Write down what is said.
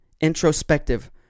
introspective